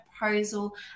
proposal